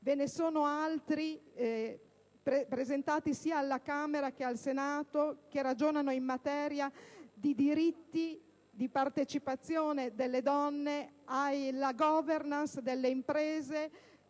Ve ne sono poi altri, presentati sia alla Camera che al Senato, che ragionano in materia di diritti di partecipazione delle donne alla *governance* delle imprese,